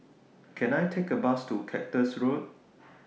Can I Take A Bus to Cactus Road